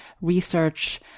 research